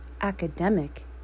academic